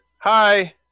hi